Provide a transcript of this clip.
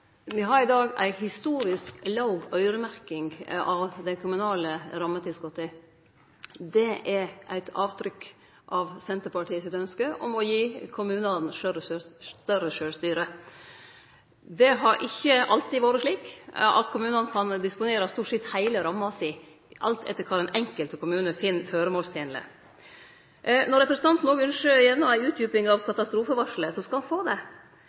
har i dag ei historisk låg øyremerking av dei kommunale rammetilskota. Det er eit avtrykk av Senterpartiet sitt ynske om å gi kommunane større sjølvstyre. Det har ikkje alltid vore slik at kommunane kan disponere stort sett heile ramma si alt etter kva den enkelte kommune finn føremålstenleg. Når representanten òg ynskjer ei utdjuping av katastrofevarselet, så skal han få det.